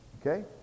Okay